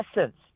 essence